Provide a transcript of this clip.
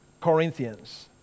Corinthians